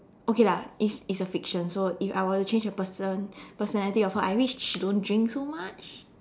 okay lah it's it's a fiction so if I were to change a person personality of her I wish she don't drink so much